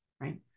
right